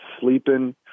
sleeping